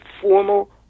formal